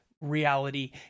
reality